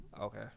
Okay